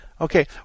Okay